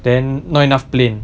then not enough plane